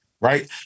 Right